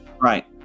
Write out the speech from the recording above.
Right